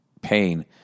pain